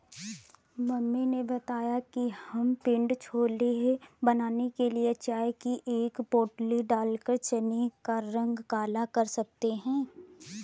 mummy ने बताया कि हम पिण्डी छोले बनाने के लिए चाय की एक पोटली डालकर चने का रंग काला कर सकते हैं